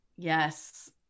yes